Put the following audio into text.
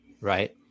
right